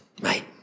mate